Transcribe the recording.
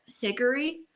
hickory